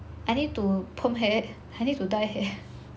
I need to perm hair I need to dye hair